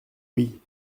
oui